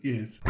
Yes